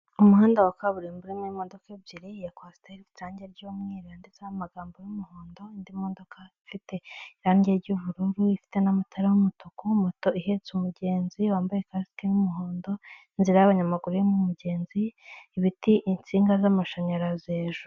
Umuhanda wa kaburimbo urimo imodoka ebyiri, iya kwasiteri ifite irange ry'umweru yanditesho amagambo y'umuhondo, indi modoka ifite irange ry'ubururu ifite n'amatara y'umutuku, moto ihetse umugenzi wambaye kasike y'umuhondo, inzira y'abanyamaguru irimo umugenzi, ibiti, insinga z'amashanyarazi hejuru.